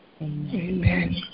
Amen